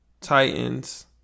Titans